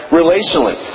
relationally